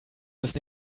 ist